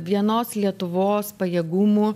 vienos lietuvos pajėgumų